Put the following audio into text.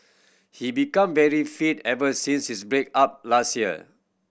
he became very fit ever since his break up last year